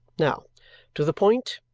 now to the point,